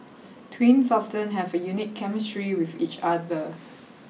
twins often have a unique chemistry with each other